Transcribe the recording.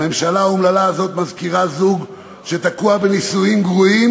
הממשלה האומללה הזאת מזכירה זוג שתקוע בנישואים גרועים